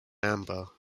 amber